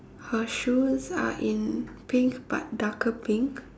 her shoes are in pink but darker pink